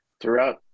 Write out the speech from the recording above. throughout